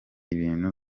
ibintu